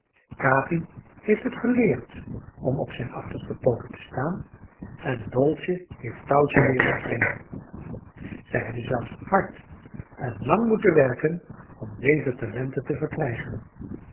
capi heeft het geleerd om op zijn achterste pooten te staan en dolce heeft touwtje leeren springen zij hebben zelfs hard en lang moeten werken om deze talenten te verkrijgen